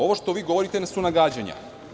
Ovo što vi govorite su nagađanja.